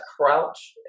crouch